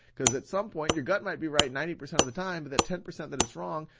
cause at some point, your gut might be right ninety percent of the time, but that ten percent that it's wrong,